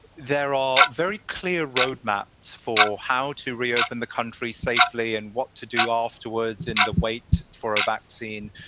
there are very clear roadmaps for how to reopen the country safely and what to do afterwards and the wait for a vaccine.